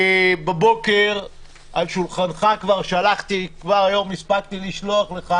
בבוקר הספקתי לשלוח לך